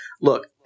look